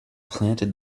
planted